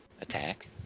attack